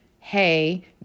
hey